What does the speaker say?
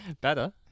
Better